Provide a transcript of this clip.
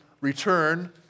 return